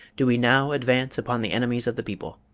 do we now advance upon the enemies of the people.